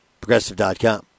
Progressive.com